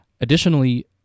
additionally